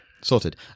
Sorted